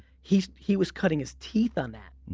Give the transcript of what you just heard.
he he was cutting his teeth on that.